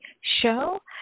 show